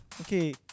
Okay